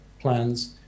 plans